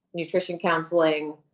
nutrition counseling.